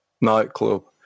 nightclub